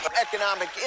Economic